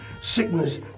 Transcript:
sickness